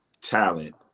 talent